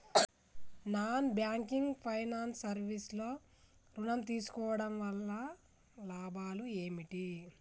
Non banking finance service లో ఋణం తీసుకోవడం వల్ల లాభాలు ఏమిటి?